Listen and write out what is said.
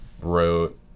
wrote